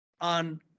on